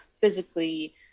physically